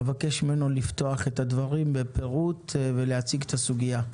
אבקש ממנו לפתוח את הדברים בפירוט ולהציג את הסוגיה.